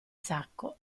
sacco